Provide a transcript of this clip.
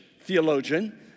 theologian